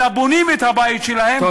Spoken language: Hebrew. אלא בונים את הבית שלהם,